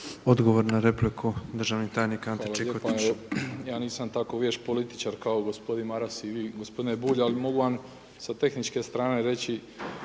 Odgovor na repliku državni tajnik Ante Čikotić. **Čikotić, Ante** Hvala lijepa. Ja nisam tako vješt političar kao gospodin Maras i vi gospodine Bulj ali mogu vam sa tehničke strane reći